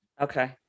Okay